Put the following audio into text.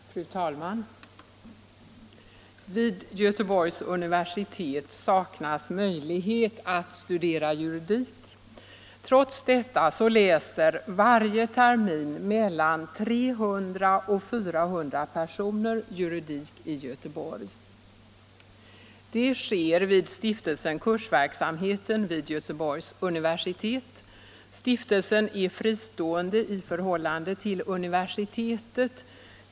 Fru talman! Vid Göteborgs universitet saknas möjlighet att studera juridik. Trots detta läser varje termin mellan 300 och 400 personer juridik i Göteborg. Det sker vid Stiftelsen Kursverksamheten vid Göteborgs universitet. Stiftelsen är fristående i förhållande till universitetet.